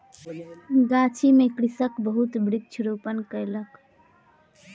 गाछी में कृषक बहुत वृक्ष रोपण कयलक